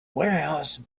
warehouse